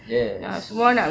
yes